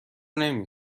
نمی